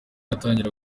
iratangira